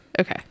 okay